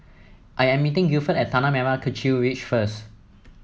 I am meeting Gilford at Tanah Merah Kechil Ridge first